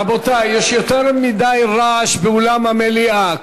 רבותי, יש יותר מדי רעש באולם המליאה.